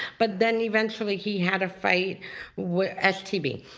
but then eventually he had a fight with stb.